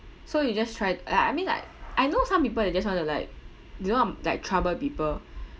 so you just try I I mean like I know some people they just want to like they don't want like trouble people